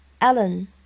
Alan